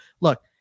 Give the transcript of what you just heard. look